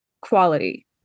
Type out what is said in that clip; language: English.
quality